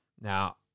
Now